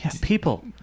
people